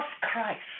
Christ